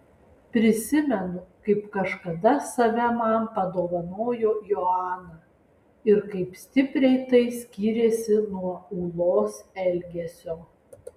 prisimenu kaip kažkada save man padovanojo joana ir kaip stipriai tai skyrėsi nuo ūlos elgesio